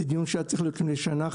זה דיון שהיה צריך להיות לפני שנה,